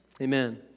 Amen